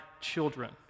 children